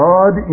God